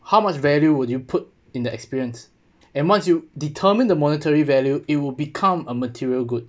how much value would you put in the experience and once you determine the monetary value it will become a material goods